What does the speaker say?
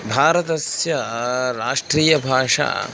भारतस्य राष्ट्रीया भाषा